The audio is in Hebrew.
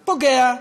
פוגע.